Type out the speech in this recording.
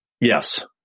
Yes